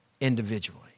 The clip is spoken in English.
individually